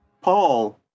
paul